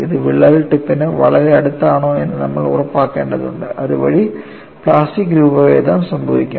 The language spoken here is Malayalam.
ഇത് വിള്ളൽ ടിപ്പിന് വളരെ അടുത്താണോ എന്ന് നമ്മൾ ഉറപ്പാക്കേണ്ടതുണ്ട് അതുവഴി പ്ലാസ്റ്റിക് രൂപഭേദം സംഭവിക്കാം